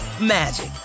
magic